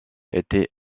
étaient